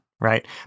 right